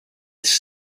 its